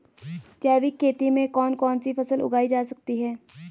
जैविक खेती में कौन कौन सी फसल उगाई जा सकती है?